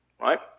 Right